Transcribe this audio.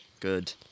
Good